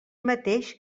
mateix